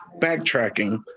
backtracking